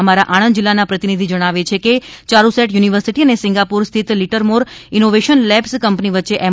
અમારા આણંદ જિલ્લાના પ્રતિનિધિ જણાવે છે કે યારૂસેટ યુનિવર્સિટી અને સિંગાપોર સ્થિત લિટરમોર ઇનોવેશન લેબ્સ કંપની વચ્ચે એમ